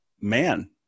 man